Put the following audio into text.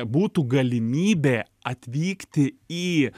būtų galimybė atvykti į